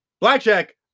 Blackjack